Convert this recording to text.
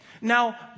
Now